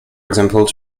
example